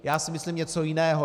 Já si myslím něco jiného.